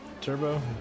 Turbo